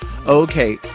Okay